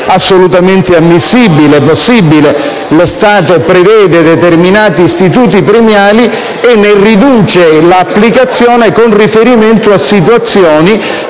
assolutamente ammissibile. Lo Stato prevede determinati istituti premiali e ne riduce l'applicazione con riferimento a situazioni